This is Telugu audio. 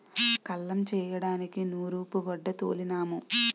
కల్లం చేయడానికి నూరూపుగొడ్డ తోలినాము